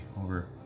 over